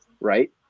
right